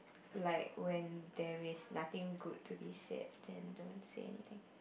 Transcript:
like when there is nothing good to be said then don't say anything